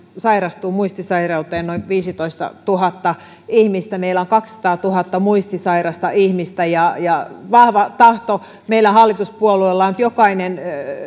sairastuu muistisairauteen noin viisitoistatuhatta ihmistä meillä on kaksisataatuhatta muistisairasta ihmistä ja ja vahva tahto meillä hallituspuolueilla on että jokainen